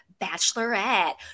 bachelorette